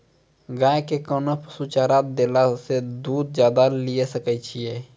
गाय के कोंन पसुचारा देला से दूध ज्यादा लिये सकय छियै?